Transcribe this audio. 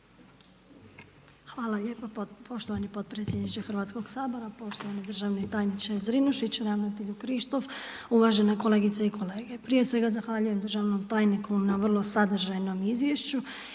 Hvala lijepa poštovani potpredsjedniče Hrvatskog sabora, poštovani državni tajniče Zrinušić, ravnatelju Krištof, uvažene kolegice i kolege. Prije svega zahvaljujem Državnom tajniku na vrlo sadržajnom izvješću